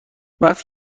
وقتی